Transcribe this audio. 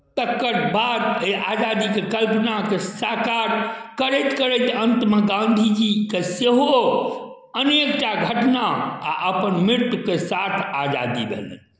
तकर बाद एहि आजादीके कल्पनाकेँ साकार करैत करैत अन्तमे गांधीजीके सेहो अनेक टा घटना आ अपन मृत्युके साथ आजादी भेलनि